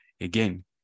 again